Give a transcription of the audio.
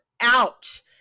Ouch